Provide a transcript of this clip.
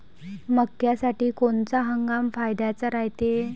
मक्क्यासाठी कोनचा हंगाम फायद्याचा रायते?